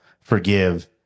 forgive